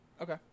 okay